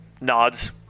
nods